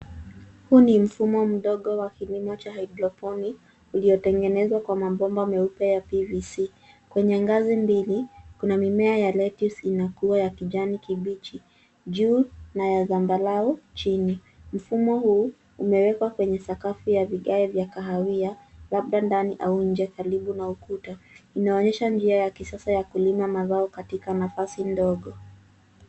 Huu ni mfumo mdogo wa kilimo cha hydroponic uliotengenezwa kwa mabomba meupe ya PVC. Kwenye ngazi mbili, kuna mimea ya lettuce inakua ya kijani kibichi juu na ya zambarau chini. Mfumo huu umewekwa kwenye sakafu ya vigae vya kahawia labda ndani au nje karibu na ukuta. Inaonyesha njia ya kisasa ya kulima mazao katika nafasi ndogo.